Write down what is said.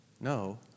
no